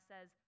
says